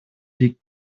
liegt